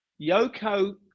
yoko